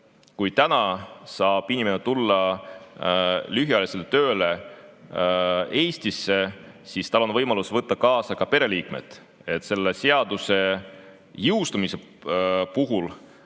kui täna saab inimene tulla lühiajalisele tööle Eestisse, siis tal on võimalus võtta kaasa pereliikmed. Selle seaduse jõustumise puhul